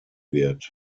wird